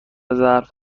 ظرف